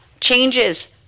changes